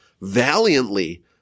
valiantly